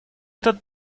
этот